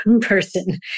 person